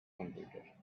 computer